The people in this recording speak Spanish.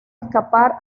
escapar